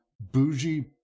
bougie